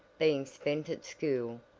being spent at school,